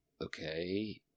okay